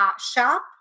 shop